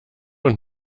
und